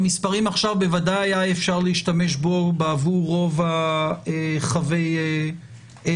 במספרים עכשיו בוודאי היה אפשר להשתמש בו בעבור רוב חבי המלונית.